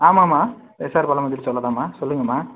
ஆமாம்மா எஸ்ஆர் பழமுதிர் சோலை தாம்மா சொல்லுங்கம்மா